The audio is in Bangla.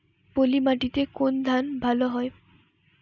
পলিমাটিতে কোন ধান ভালো হয়?